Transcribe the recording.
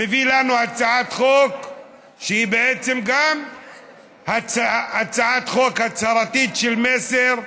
מביא לנו הצעת חוק שהיא בעצם גם הצעת חוק הצהרתית של מסר,